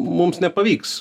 mums nepavyks